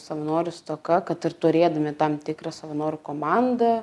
savanorių stoka kad ir turėdami tam tikrą savanorių komandą